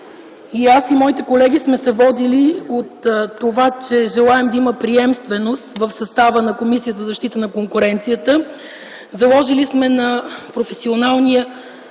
и аз, и моите колеги сме се водили от това, че желаем да има приемственост в състава на Комисията за защита на конкуренцията. Заложили сме на професионализма